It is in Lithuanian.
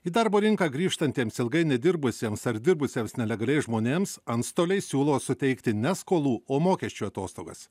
į darbo rinką grįžtantiems ilgai nedirbusiems ar dirbusiems nelegaliai žmonėms antstoliai siūlo suteikti ne skolų o mokesčių atostogas